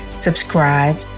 subscribe